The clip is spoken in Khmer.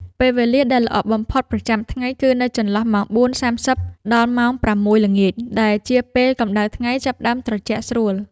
ពេលវេលាដែលល្អបំផុតប្រចាំថ្ងៃគឺនៅចន្លោះម៉ោង ៤:៣០ ដល់ម៉ោង ៦:០០ ល្ងាច ដែលជាពេលកម្ដៅថ្ងៃចាប់ផ្ដើមត្រជាក់ស្រួល។